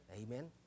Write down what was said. Amen